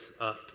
up